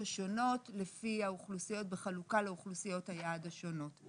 השונות לפי האוכלוסיות בחלוקה לאוכלוסיות היעד השונות.